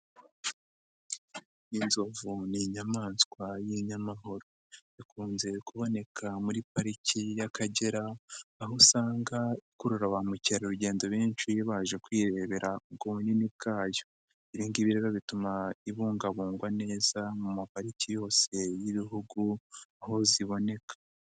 Inzovu ni inyamaswa y'inyamahoro, ikunze kuboneka muri pariki y'Akagera aho usanga ikurura ba mukerarugendo benshi baje kwirebera ubwo bunini bwayo, ibi ngibi rero bituma ibungabungwa neza mu mapariki yose y'ibihugu aho ziboneka.